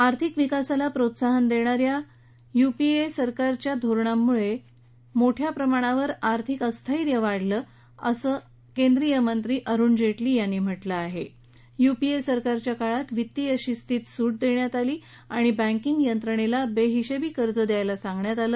आर्थिक विकासाला प्रोत्साहन दष्खिच्या युपीए सरकारच्या धोरणामुळ मीठ्या प्रमाणावर आर्थिक अस्थिरता वाढली असं केंद्रीय मंत्री अरूण जस्त्री यांनी म्हटलं आह ग्रुपीए सरकारच्या काळात वित्तीय शिस्तीत सूट दष्ट्रात आली आणि बँकींग यंत्रणसी बर्डिशक्ती कर्ज द्यायला सांगण्यात आलं